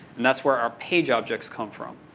and that's where our page objects come from.